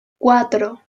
cuatro